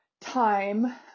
time